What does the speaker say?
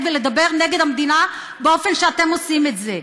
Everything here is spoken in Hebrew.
ולדבר נגד המדינה באופן שאתם עושים את זה,